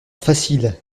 facile